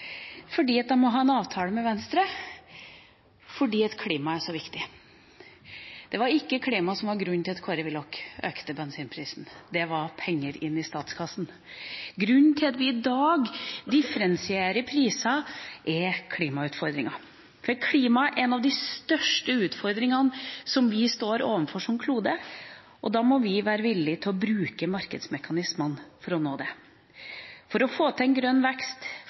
fordi de må ha en avtale med Venstre fordi klimaet er så viktig. Det var ikke klimaet som var grunnen til at Kåre Willoch økte bensinprisen. Det var penger inn i statskassen. Grunnen til at vi i dag differensierer priser, er klimautfordringer. Klimaet er en av de største utfordringene som vi står overfor som klode, og da må vi være villige til å bruke markedsmekanismene for å nå dem. For å få til en grønn vekst,